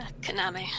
Konami